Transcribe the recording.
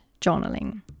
journaling